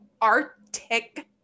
Arctic